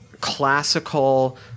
classical